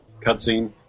cutscene